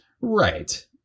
Right